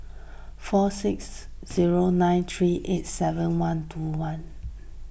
four six zero nine three eight seven one two one